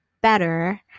better